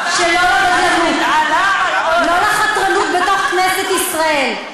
לא לחתרנות בתוך כנסת ישראל,